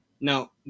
Now